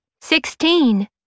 sixteen